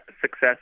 success